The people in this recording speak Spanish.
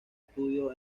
studio